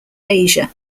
asia